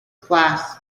class